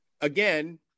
Again